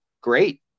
great